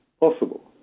possible